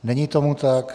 Není tomu tak.